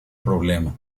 problema